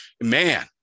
man